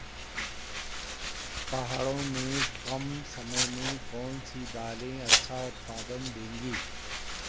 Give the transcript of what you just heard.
पहाड़ों में कम समय में कौन सी दालें अच्छा उत्पादन देंगी?